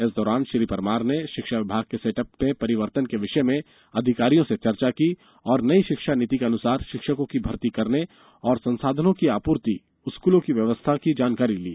इस दौरान श्री परमार ने शिक्षा विभाग के सेट अप में परिवर्तन के विषय में अधिकारियों से चर्चा की और नई शिक्षा नीति के अनुसार शिक्षकों की भर्ती करने तथा संसाधनों की आपूर्ति स्कूलों की व्यवस्था आदि की जानकारी ली